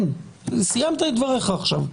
סיימת את דבריך עכשיו.